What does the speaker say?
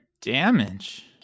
damage